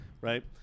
right